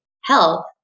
health